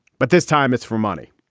but this time it's for money.